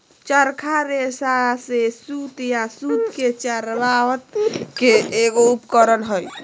चरखा रेशा से सूत या सूत के चरावय के एगो उपकरण हइ